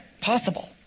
possible